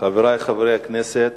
חברי חברי הכנסת,